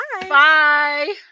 Bye